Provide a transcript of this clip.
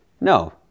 no